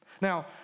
Now